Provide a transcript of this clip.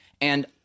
And-